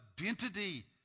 identity